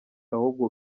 ahubwo